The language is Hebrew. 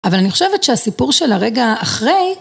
אבל אני חושבת שהסיפור של הרגע אחרי